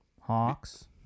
Hawks